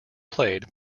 played